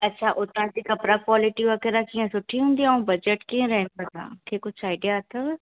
अछा उतां जी कपिड़ा क्वालिटी वग़ैरह सुठी हूंदी आहे ऐं बज़ट कीअं रहंदो आहे तव्हांखे कुझु आइडिया अथव